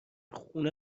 خونه